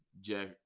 Jack